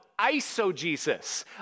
isogesis